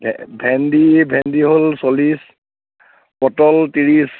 ভে ভেন্দি ভেন্দি হ'ল চল্লিছ পটল ত্ৰিছ